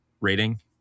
rating